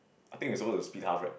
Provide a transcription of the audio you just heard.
I think we supposed to split half right